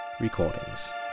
recordings